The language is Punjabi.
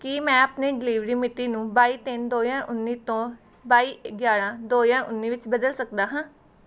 ਕੀ ਮੈਂ ਆਪਣੀ ਡਿਲੀਵਰੀ ਮਿਤੀ ਨੂੰ ਬਾਈ ਤਿੰਨ ਦੋ ਹਜ਼ਾਰ ਉੱਨੀ ਤੋਂ ਬਾਈ ਗਿਆਰ੍ਹਾਂ ਦੋ ਹਜ਼ਾਰ ਉੱਨੀ ਵਿੱਚ ਬਦਲ ਸਕਦਾ ਹਾਂ